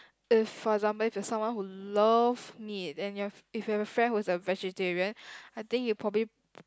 if for example if you are someone who love meat and your if you have a friend who's a vegetarian I think you'll probably